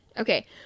Okay